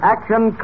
Action